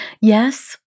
Yes